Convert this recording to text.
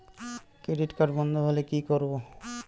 Credit card বন্ধ করতে হলে কি করব?